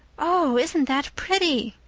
oh, isn't that pretty!